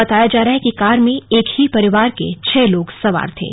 बताया जा रहा है कि कार में एक ही परिवार के छह लोग सवार थे